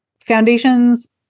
Foundations